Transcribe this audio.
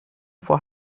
vor